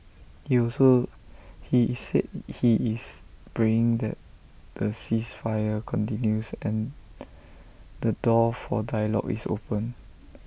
he also he IT said he is praying that the ceasefire continues and the door for dialogue is opened